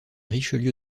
richelieu